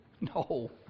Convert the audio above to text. No